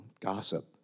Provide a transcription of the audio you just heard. gossip